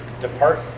depart